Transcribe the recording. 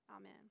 Amen